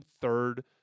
third